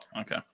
okay